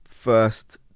first